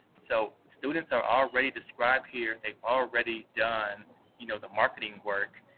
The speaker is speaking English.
so students are already described here, they've already done you know the marketing work,